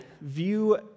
view